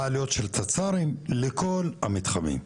מה העלויות של תצ"רים לכל המתחמים.